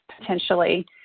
potentially